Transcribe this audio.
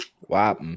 wow